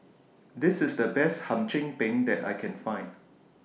This IS The Best Hum Chim Peng that I Can Find